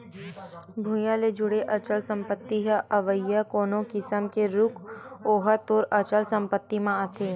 भुइँया ले जुड़े अचल संपत्ति म अवइया कोनो किसम के रूख ओहा तोर अचल संपत्ति म आथे